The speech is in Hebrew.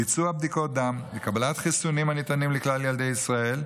ביצוע בדיקות דם וקבלת חיסונים הניתנים לכלל ילדי ישראל,